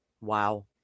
Wow